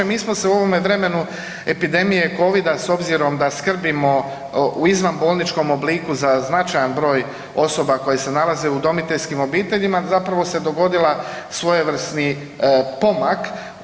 Mi smo se u ovome vremenu epidemije covida s obzirom da skrbimo u izvanbolničkom obliku za značajan broj osoba koje se nalaze u udomiteljskim obiteljima zapravo se dogodila svojevrsni pomak.